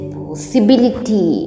possibility